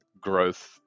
growth